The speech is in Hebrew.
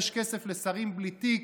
יש כסף לשרים בלי תיק,